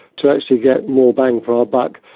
to actually get more bang for our buck.